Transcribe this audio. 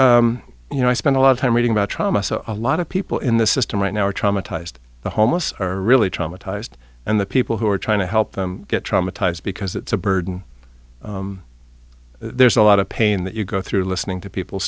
you know i spent a lot of time reading about trauma so a lot of people in the system right now are traumatized the homeless are really traumatized and the people who are trying to help them get traumatized because it's a burden there's a lot of pain that you go through listening to people's